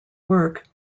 work